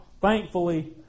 thankfully